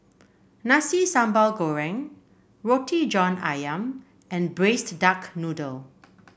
Nasi Sambal Goreng Roti John ayam and Braised Duck Noodle